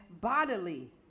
bodily